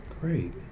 Great